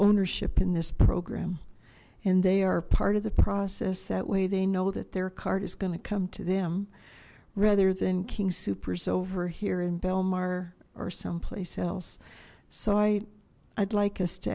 ownership in this program and they are part of the process that way they know that their card is going to come to them rather than king soopers over here in belmar or someplace else so i i'd like